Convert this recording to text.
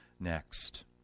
next